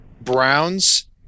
Browns